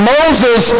Moses